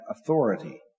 authority